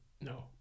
No